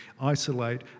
isolate